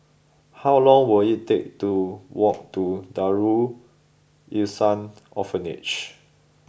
how long will it take to walk to Darul Ihsan Orphanage